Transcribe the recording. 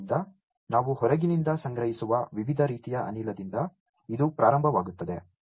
ಆದ್ದರಿಂದ ನಾವು ಹೊರಗಿನಿಂದ ಸಂಗ್ರಹಿಸುವ ವಿವಿಧ ರೀತಿಯ ಅನಿಲದಿಂದ ಇದು ಪ್ರಾರಂಭವಾಗುತ್ತದೆ